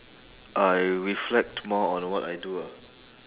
I reflect more on what I do ah